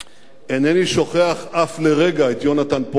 אינני שוכח אף לרגע את יונתן פולארד,